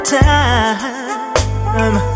time